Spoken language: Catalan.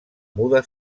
muda